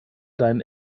deinen